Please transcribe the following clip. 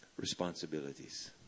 responsibilities